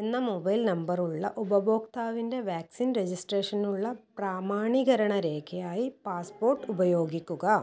എന്ന mobile number ഉള്ള ഉപഭോക്താവിൻ്റെ വാക്സിൻ രജിസ്ട്രേഷനുള്ള പ്രാമാണീകരണ രേഖയായി പാസ്പോർട്ട് ഉപയോഗിക്കുക